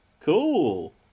cool